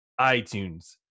iTunes